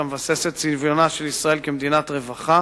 המבסס את צביונה של ישראל כמדינת רווחה